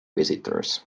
visitors